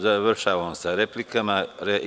Završavamo sa replikama.